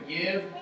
give